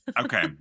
Okay